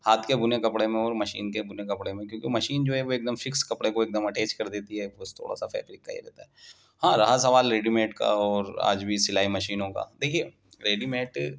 ہاتھ کے بنے کپڑے میں اور مشین کے بنے کپڑے میں کیوں کہ مشین جو ہے وہ ایک دم فکس کپڑے کو ایک دم اٹیچ کر دیتی ہے بس تھوڑا سا فیبرک کا یہ رہتا ہے ہاں رہا سوال ریڈیمیڈ کا اور آج بھی سلائی مشینوں کا دیکھیے دیڈیمیڈ